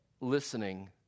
listening